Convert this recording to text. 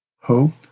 hope